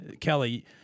Kelly